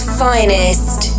finest